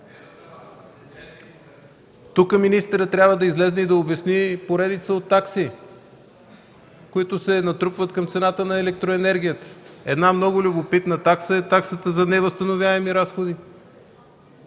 Тук министърът трябва да излезе и да обясни поредица от такси, които се натрупват към цената на електроенергията. Една много любопитна такса е таксата за невъзстановяеми разходи,